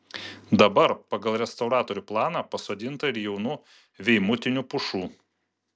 dabar pagal restauratorių planą pasodinta ir jaunų veimutinių pušų